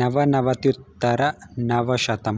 नवनवत्युत्तरनवशतं